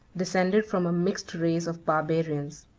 descended from a mixed race of barbarians.